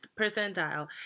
percentile